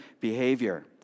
behavior